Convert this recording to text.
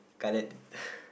cutlet